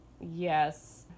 Yes